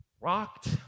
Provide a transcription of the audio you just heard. Rocked